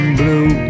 blue